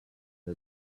the